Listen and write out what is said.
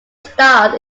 stars